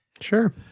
Sure